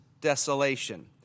desolation